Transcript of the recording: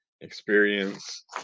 Experience